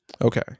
Okay